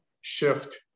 shift